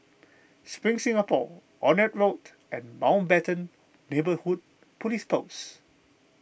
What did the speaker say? Spring Singapore Onraet Road and Mountbatten Neighbourhood Police Post